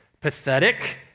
pathetic